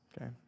Okay